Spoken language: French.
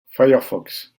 firefox